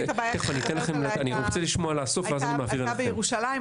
אני אגיד שהבעיה שאת מדברת עליה הייתה בירושלים,